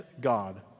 God